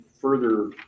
further